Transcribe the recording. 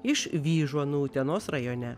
iš vyžuonų utenos rajone